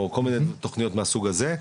או כל מיני תכניות מהסוג הזה,